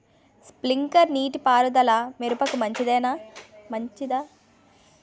Sprinkler నీటిపారుదల మిరపకు మంచిదా?